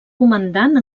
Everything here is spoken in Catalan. comandant